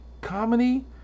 comedy